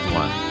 one